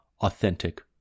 authentic